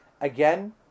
Again